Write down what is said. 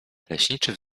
leśniczy